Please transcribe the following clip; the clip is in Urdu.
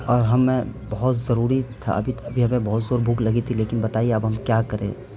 اور ہمیں بہت ضروڑی تھا ابھی ہمیں بہت زور بھوک لگی تھی لیکن بتائیے اب ہم کیا کریں